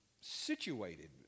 situated